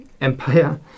empire